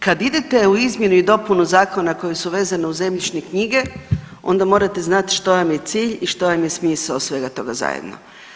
Kad idete u izmjenu i dopunu zakona koji su vezane uz zemljišne knjige onda morate znati što vam je cilj i što vam je smisao svega toga zajedno.